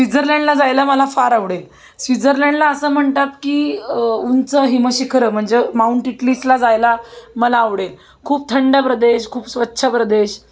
स्विझरलँडला जायला मला फार आवडेल स्विझरलँडला असं म्हणतात की उंच हिमशिखरं म्हणजे माउंट टिटलीसला जायला मला आवडेल खूप थंड प्रदेश खूप स्वच्छ प्रदेश